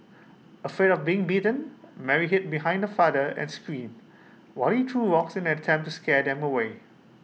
afraid of being bitten Mary hid behind her father and screamed while he threw rocks in an attempt to scare them away